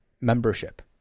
membership